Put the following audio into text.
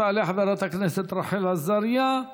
תעלה חברת הכנסת רחל עזריה.